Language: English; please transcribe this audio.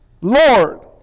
Lord